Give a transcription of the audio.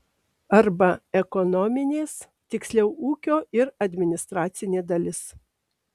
arba ekonominės tiksliau ūkio ir administracinė dalis